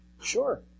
Sure